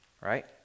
Right